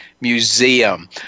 museum